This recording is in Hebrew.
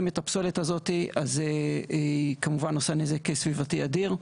את הפסולת הזאת אז היא כמובן עושה נזק סביבתי אדיר,